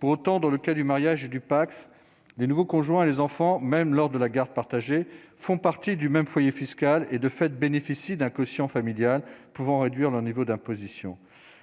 pour autant dans le cas du mariage, du Pacs, les nouveaux conjoints et les enfants, même lors de la garde partagée font partie du même foyer fiscal et, de fait, bénéficie d'un quotient familial pouvant réduire le niveau d'imposition